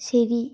ശരി